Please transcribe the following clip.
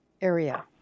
area